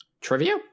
trivia